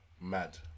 Mad